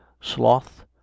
sloth